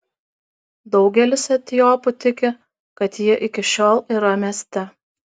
daugelis etiopų tiki kad ji iki šiol yra mieste